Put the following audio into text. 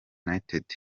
united